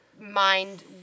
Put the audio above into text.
mind